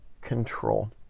control